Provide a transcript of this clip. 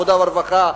העבודה והרווחה,